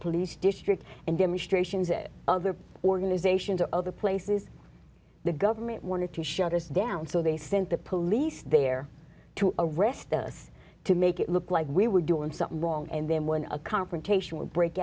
police district and demonstrations at other organizations or other places the government wanted to shut us down so they sent the police there to arrest the us to make it look like we were doing something wrong and then when a confrontation would break